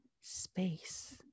space